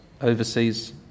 overseas